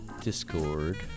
Discord